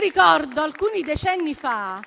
ricordo alcuni decenni fa